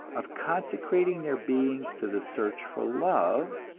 of consecrating their beings to the search for love,